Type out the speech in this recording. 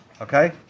Okay